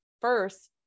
first